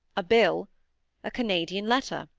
a bill a canadian letter!